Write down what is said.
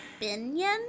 opinion